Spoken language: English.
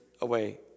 away